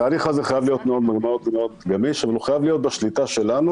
התהליך הזה חייב להיות מאוד גמיש אבל הוא חייב להיות בשליטה שלנו